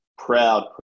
proud